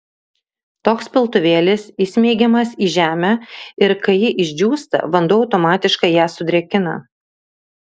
toks piltuvėlis įsmeigiamas į žemę ir kai ji išdžiūsta vanduo automatiškai ją sudrėkina